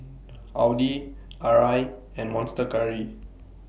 Audi Arai and Monster Curry